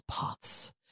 paths